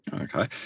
Okay